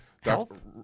Health